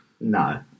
no